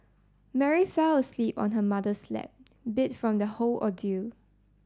Mary fell asleep on her mother's lap beat from the whole ordeal